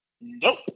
nope